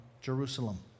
Jerusalem